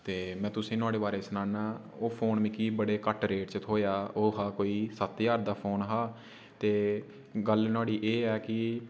ते मैं तुसेंगी नोहाड़े बारै सनाना ओह् फोन मिगी बड़े घट्ट रेट च थ्होएया ओह् कोई सत्त ज्हार दा फोन हा ते गल्ल नोहड़ी एह् ऐ कि